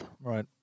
right